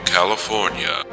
California